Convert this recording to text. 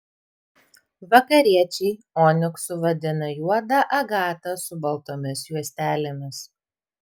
vakariečiai oniksu vadina juodą agatą su baltomis juostelėmis